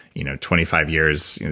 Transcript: you know twenty five years.